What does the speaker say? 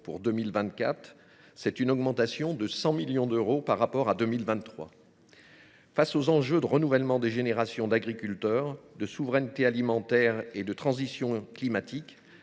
pour 2024. Il augmente ainsi de 100 millions d’euros par rapport à 2023. Face aux enjeux de renouvellement des générations d’agriculteurs, de souveraineté alimentaire et de transition climatique,